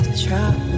trap